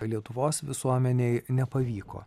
lietuvos visuomenei nepavyko